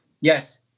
yes